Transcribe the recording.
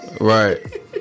Right